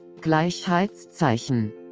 Gleichheitszeichen